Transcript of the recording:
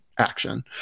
action